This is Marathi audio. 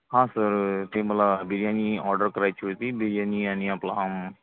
हां सर ते मला बिर्याणी ऑडर करायची होती बिर्याणी आणि आपलं आम